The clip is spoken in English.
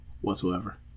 whatsoever